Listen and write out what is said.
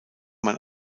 man